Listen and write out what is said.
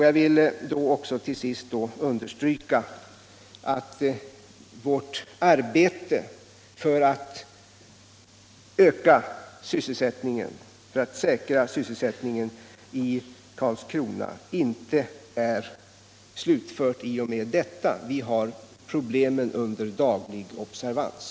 Jag vill då också till sist understryka att vårt arbete för att säkra sysselsättningen i Karlskrona inte är slutfört i och med detta; vi har problemen under daglig observans.